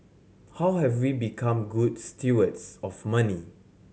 how have we become good stewards of money